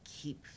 keep